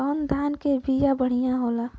कौन धान के बिया बढ़ियां होला?